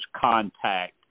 contact